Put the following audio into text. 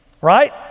right